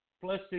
plus